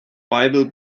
bible